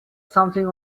something